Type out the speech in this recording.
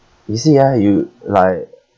you see ah you like